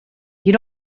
you